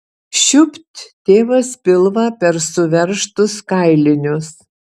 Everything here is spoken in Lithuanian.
šiupt tėvas pilvą per suveržtus kailinius